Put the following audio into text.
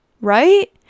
right